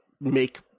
make